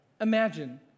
Imagine